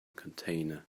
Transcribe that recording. container